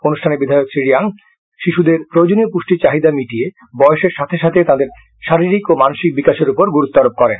অনুষ্ঠানে বিধায়ক শ্রী রিয়াং শিশুদের প্রয়োজনীয় পুষ্টির চাহিদা মিটিয়ে বয়সের সাথে সাথে তাদের শারীরিক ও মানসিক বিকাশের উপর গুরুত্বারোপ করেন